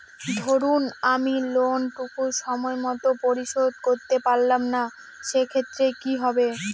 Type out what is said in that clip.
ধরুন আমি লোন টুকু সময় মত পরিশোধ করতে পারলাম না সেক্ষেত্রে কি হবে?